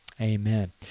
Amen